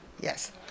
Yes